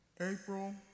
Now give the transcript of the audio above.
April